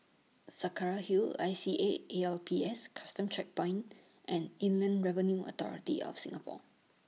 Saraca Hill I C A A L P S Custom Checkpoint and Inland Revenue Authority of Singapore